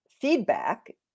feedback